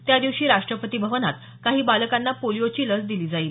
त्यादिवशी राष्ट्रपती भवनात काही बालकांना पोलिओची लस दिली जाईल